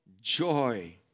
joy